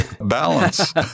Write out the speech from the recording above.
balance